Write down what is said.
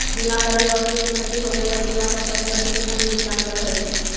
बीमा करल वस्तु के क्षती होवे पर बीमा कंपनी वस्तु के मूल्य भुगतान करऽ हई